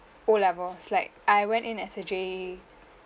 o levels like I went in as a JAE